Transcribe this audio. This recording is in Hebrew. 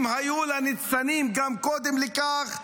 אם כי היו לה ניצנים גם קודם לכך,